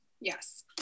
yes